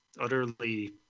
utterly